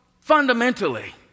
fundamentally